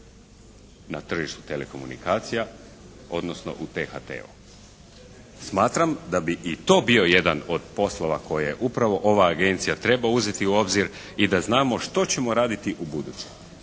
na tržištu telekomunikacija odnosno u THT-u. Smatram da bi i to bio jedan od poslova koje upravo ova agencija treba uzeti u obzir i da znamo što ćemo raditi ubuduće.